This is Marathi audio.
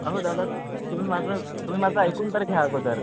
अहो दादा तुम्ही माझं तुम्ही माझं ऐकून तर घ्या अगोदर